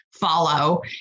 follow